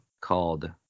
called